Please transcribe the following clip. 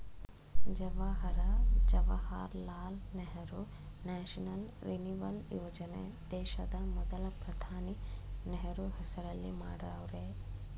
Jawahar Jawaharlal Nehru national renewal ಯೋಜನೆ ದೇಶದ ಮೊದಲ ಪ್ರಧಾನಿ ನೆಹರು ಹೆಸರಲ್ಲಿ ಮಾಡವ್ರೆ